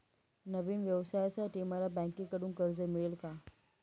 नवीन व्यवसायासाठी मला बँकेकडून कर्ज मिळेल का?